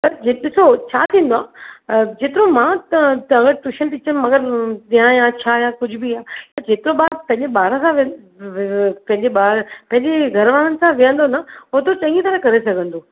हीअ ॾिसो छा थींदो आहे जेतिरो मां अगरि टूशन टीचर मगरि ॾियां या छा या कुझु बि आहे त जेतिरो ॿार पंहिंजे बार सां गॾु पंहिंजे ॿारु पंहिंजे घरवारनि सां वेहंदो न होतिरो चङी तरह करे सघंदो